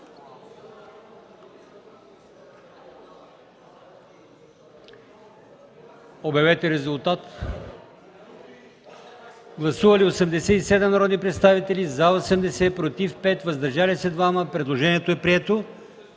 става § 15. Гласували 81 народни представители: за 81, против и въздържали се няма. Предложението е прието.